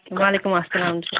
وَعلیکُم اَسَلام